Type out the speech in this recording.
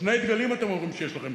שני דגלים אתם אומרים שיש לכם,